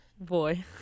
Boy